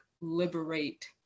liberate